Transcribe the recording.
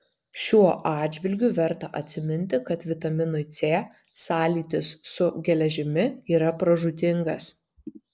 šiuo atžvilgiu verta atsiminti kad vitaminui c sąlytis su geležimi yra pražūtingas